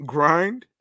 Grind